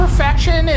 Perfection